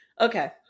Okay